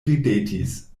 ridetis